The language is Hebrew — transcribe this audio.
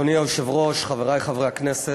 אדוני היושב-ראש, חברי חברי הכנסת,